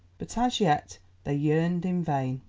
but as yet they yearned in vain.